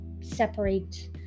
separate